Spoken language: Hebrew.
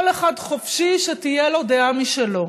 כל אחד חופשי שתהיה לו דעה משלו.